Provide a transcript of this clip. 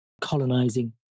colonizing